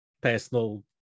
Personal